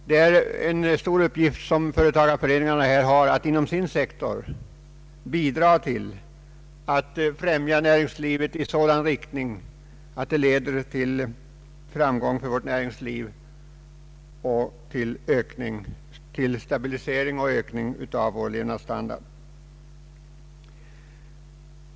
Det är en stor uppgift som företagareföreningarna har att inom sin sektor bidra till att främja näringslivet i sådan riktning att det leder till framsteg och till stabilisering och förbättring av vår levnadsstandard.